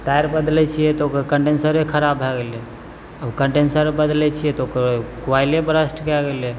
तार बदलय छियै तऽ ओकर कन्डेनसरे खराब भए गेलय कन्डेनसर बदलय छियै तऽ ओकर क्वाइले ब्रस्ट कए गेलय